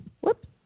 Whoops